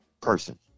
person